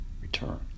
return